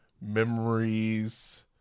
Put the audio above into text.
memories